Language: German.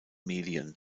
medien